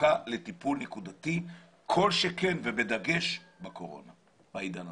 זקוקה לטיפול נקודתי כל שכן, ובדגש, בעת הקורונה.